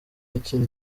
yakira